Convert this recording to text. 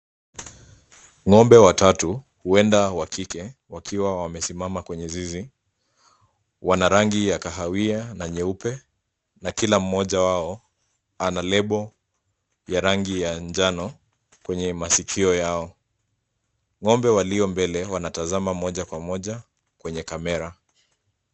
Ng'ombe watatu, huenda wa kike, wakiwa wamesimama kwenye zizi. Wana rangi ya kahawia na nyeupe na kila mmoja wao ana lebo ya rangi ya njano kwenye masikio yao. Ng'ombe walio mbele wanatazama moja kwa moja kwenye kamera.